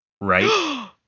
right